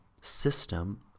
system